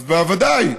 אז בוודאי,